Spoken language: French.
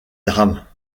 drames